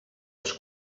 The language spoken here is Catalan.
els